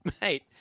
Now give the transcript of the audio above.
mate